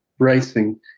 Racing